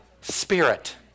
spirit